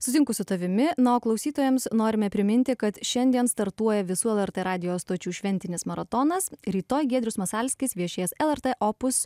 sutinku su tavimi na o klausytojams norime priminti kad šiandien startuoja visų lrt radijo stočių šventinis maratonas rytoj giedrius masalskis viešės lrt opus